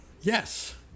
yes